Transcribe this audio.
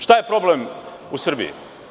Šta je problem u Srbiji?